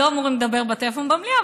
לא אמורים לדבר בטלפון במליאה,